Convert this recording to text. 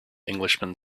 englishman